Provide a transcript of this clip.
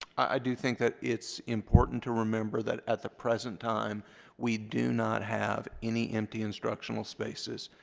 i do think that it's important to remember that at the present time we do not have any empty instructional spaces.